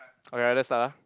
alright let's start ah